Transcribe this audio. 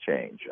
change